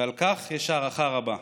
ועל כך יש הערכה רבה.